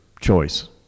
choice